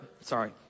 sorry